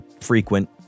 frequent